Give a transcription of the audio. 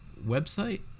website